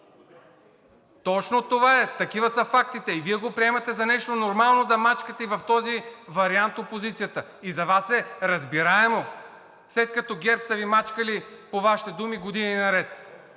Точно това е, такива са фактите! И Вие го приемате за нещо нормално да мачкате и в този вариант опозицията. И за Вас е разбираемо, след като ГЕРБ са Ви мачкали, по Вашите думи, години наред